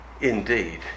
indeed